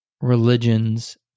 religions